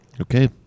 Okay